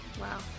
Wow